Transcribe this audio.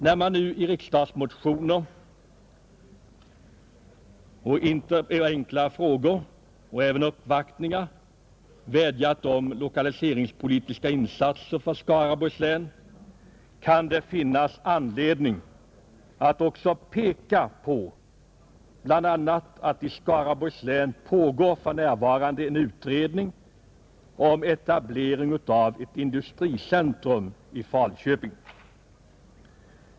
När man nu i riksdagsmotioner, enkla frågor och även uppvaktningar vädjat om lokaliseringspolitiska insatser för Skaraborgs län, kan det finnas anledning att också peka på att i Skaraborgs län för närvarande pågår en utredning om etablering av ett industricentrum i Falköping.